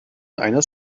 eines